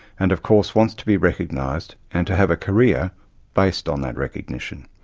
and of course wants to be recognised and to have a career based on that recognition.